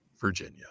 Virginia